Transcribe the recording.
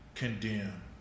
condemn